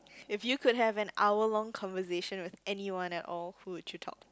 if you could have an hour long conversation with anyone at all who would you talk to